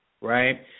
right